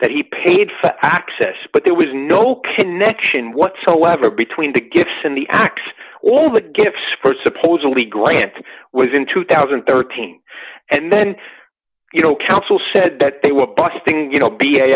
that he paid for access but there was no connection whatsoever between the gifts and the acts all the gifts for supposedly grant was in two thousand and thirteen and then you know counsel said that they were busting you know b a